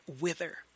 wither